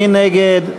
מי נגד?